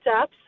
up